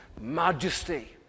majesty